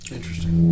Interesting